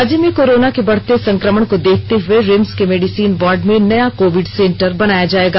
राज्य में कोरोना के बढ़ते संक्रमण को देखते हुए रिम्स के मेडिसिन वार्ड में नया कोविड सेंटर बनाया जाएगा